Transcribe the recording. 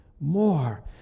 more